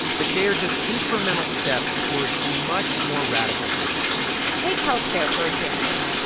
like, they are just incremental steps towards a much more radical vision take health care, for example.